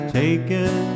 taken